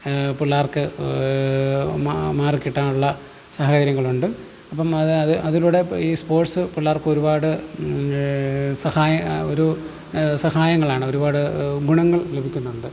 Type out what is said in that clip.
പിള്ളേർക്ക് മാ മാറിക്കിട്ടാനുള്ള സാഹചര്യങ്ങളുണ്ട് അപ്പം അത് അത് അതിലൂടെ ഈ സ്പോർട്സ് പിള്ളേർക്ക് ഒരുപാട് സഹായങ്ങ ഒരു സഹായങ്ങളാണ് ഒരുപാട് ഗുണങ്ങൾ ലഭിക്കുന്നുണ്ട്